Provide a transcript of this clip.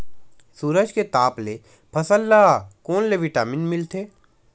सूरज के ताप ले फसल ल कोन ले विटामिन मिल थे?